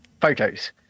photos